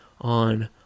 on